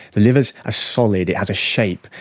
the liver is a solid, it has a shape,